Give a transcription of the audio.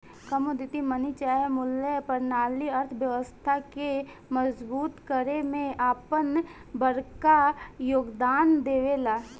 commodity money चाहे मूल परनाली अर्थव्यवस्था के मजबूत करे में आपन बड़का योगदान देवेला